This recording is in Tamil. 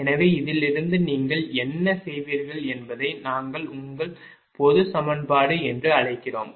எனவே இதிலிருந்து நீங்கள் என்ன செய்வீர்கள் என்பதை நாங்கள் உங்கள் பொதுச் சமன்பாடு என்று அழைக்கிறோம்